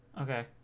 Okay